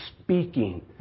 speaking